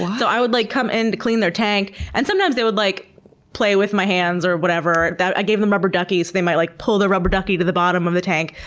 so i would like come in to clean their tank and sometimes they would like play with my hands or whatever. i gave them rubber duckies they might like pull the rubber ducky to the bottom of the tank,